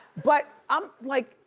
but, i'm like,